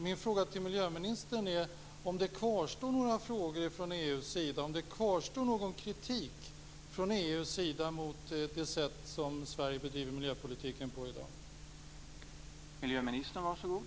Min fråga till miljöministern är om det kvarstår några frågor eller någon kritik från EU:s sida när det gäller det sätt på vilket Sverige i dag bedriver miljöpolitik.